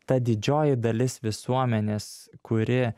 ta didžioji dalis visuomenės kuri